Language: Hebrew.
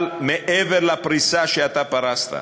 אבל מעבר לפריסה שאתה פרסת,